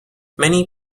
many